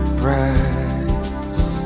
price